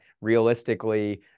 realistically